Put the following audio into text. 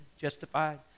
justified